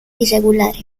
irregulares